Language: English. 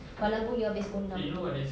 walaupun you habis pukul enam